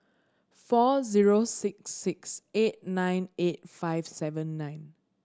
four zero six six eight nine eight five seven nine